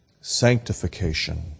sanctification